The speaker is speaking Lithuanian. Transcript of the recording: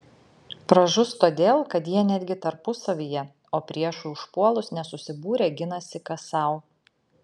pražus todėl kad jie netgi tarpusavyje o priešui užpuolus nesusibūrę ginasi kas sau